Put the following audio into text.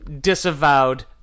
disavowed